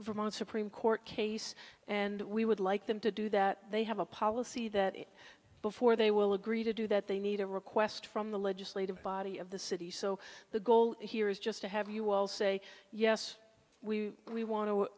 vermont supreme court case and we would like them to do that they have a policy that before they will agree to do that they need a request from the legislative body of the city so the goal here is just to have you all say yes we want to